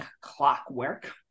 clockwork